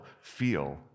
feel